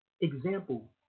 example